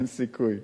אין סיכוי.